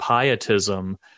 pietism